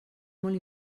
molt